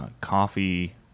coffee